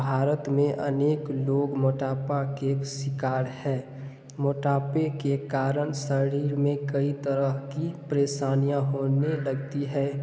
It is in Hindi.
भारत में अनेक लोग मोटापा के शिकार हैं मोटापे के कारण शरीर में कई तरह की परेशानियाँ होने लगती है